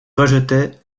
rejetaient